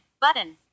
button